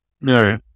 No